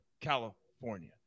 California